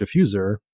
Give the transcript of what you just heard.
diffuser